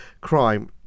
crime